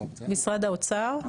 האוצר?